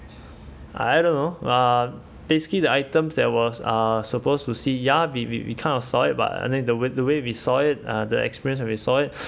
I don't know uh basically the items that was uh supposed to see ya we we kind of saw it but I think the way the way we saw it uh the experience when we saw it